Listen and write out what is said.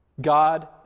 God